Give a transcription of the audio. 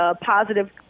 positive